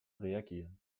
reagieren